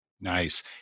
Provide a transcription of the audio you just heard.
Nice